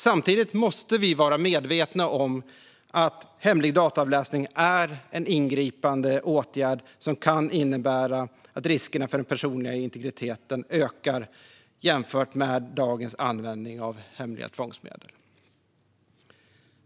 Samtidigt måste vi vara medvetna om att hemlig dataavläsning är en ingripande åtgärd som kan innebära att riskerna för den personliga integriteten ökar jämfört med dagens användning av hemliga tvångsmedel.